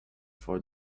for